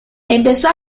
empezó